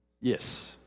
Yes